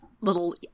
little